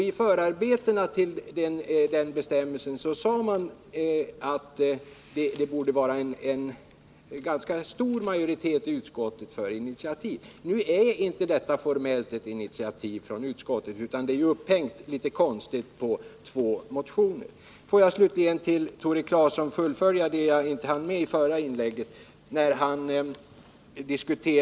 I förarbetena till bestämmelsen om utskottsinitiativ sade man att bakom ett sådant borde stå en ganska stor majoritet av utskottet. Nu är inte detta formellt ett utskottsinitiativ utan det är litet konstigt upphängt på två motioner. Får jag sedan ta upp vad Tore Claeson sade om elkraftsbortfallet, vilket jag inte hann med att göra i mitt förra inlägg.